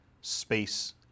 space